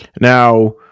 Now